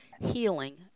healing